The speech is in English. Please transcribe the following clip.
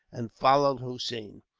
and followed hossein.